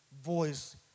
voice